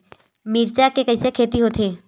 मिर्च के कइसे खेती होथे?